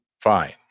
Fine